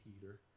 heater